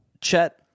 Chet